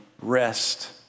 Rest